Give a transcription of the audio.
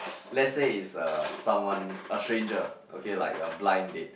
let's say is a someone a stranger okay like a blind date